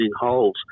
holes